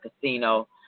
casino